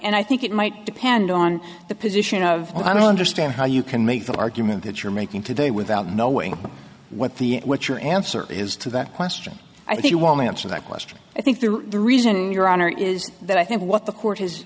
and i think it might depend on the position of i don't understand how you can make the argument that you're making today without knowing what the what your answer is to that question i think you want to answer that question i think the reason your honor is that i think what the court h